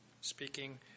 speaking